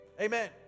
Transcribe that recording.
Amen